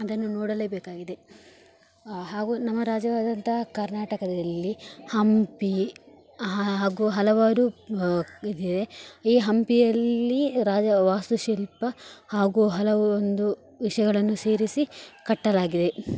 ಅದನ್ನು ನೋಡಲೇಬೇಕಾಗಿದೆ ಹಾಗು ನಮ್ಮ ರಾಜ್ಯವಾದಂತಹ ಕರ್ನಾಟಕದಲ್ಲಿ ಹಂಪಿ ಹಾಗು ಹಲವಾರು ಇದಿದೆ ಈ ಹಂಪಿಯಲ್ಲಿ ರಾ ವಾಸ್ತುಶಿಲ್ಪ ಹಾಗು ಹಲವೊಂದು ವಿಷಯಗಳನ್ನು ಸೇರಿಸಿ ಕಟ್ಟಲಾಗಿದೆ